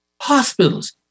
Hospitals